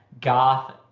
goth